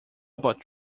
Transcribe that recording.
about